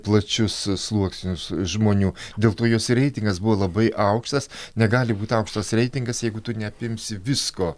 plačius sluoksnius žmonių dėl to jos ir reitingas buvo labai aukštas negali būti aukštas reitingas jeigu tu neapimsi visko